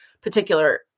particular